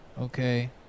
Okay